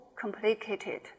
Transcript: complicated